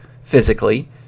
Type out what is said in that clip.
physically